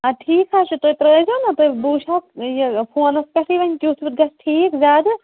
اَدٕ ٹھیٖک حظ چھُ تُہۍ ترٛٲیِزیٚو نا تُہۍ بہٕ وٕچھہَکھ یہِ فونَس پٮ۪ٹھٕے وۅنۍ کیُتھ وُیتھ گژھِ ٹھیٖک زیادٕ